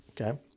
okay